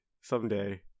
Someday